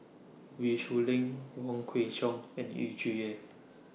Wee Shoo Leong Wong Kwei Cheong and Yu Zhuye